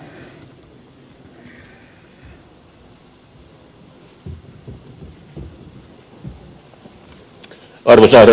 arvoisa herra puhemies